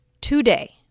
today